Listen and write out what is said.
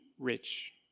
Rich